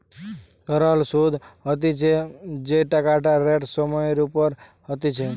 সরল সুধ হতিছে যেই টাকাটা রেট সময় এর ওপর হতিছে